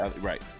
right